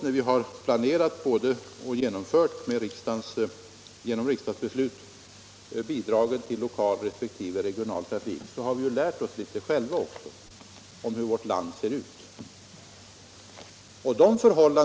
När vi planerade och med riksdagsbeslut genomförde bidrag till lokal resp. regional trafik lärde vi oss litet själva om hur vårt land ser ut.